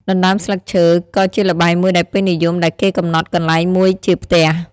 ដណ្តើមស្លឹកឈើ ក៏ជាល្បែងមួយដែលពេញនិយមដែរគេកំណត់កន្លែងមួយជាផ្ទះ ។